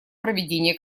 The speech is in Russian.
проведения